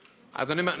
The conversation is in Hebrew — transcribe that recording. אז אני אומר,